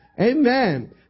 Amen